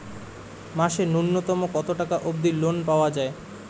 মাসে নূন্যতম কতো টাকা অব্দি লোন পাওয়া যায়?